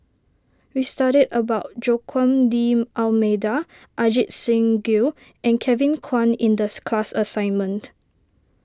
we studied about Joaquim D'Almeida Ajit Singh Gill and Kevin Kwan in this class assignment